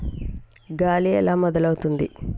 గాలి ఎలా మొదలవుతుంది?